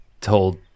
told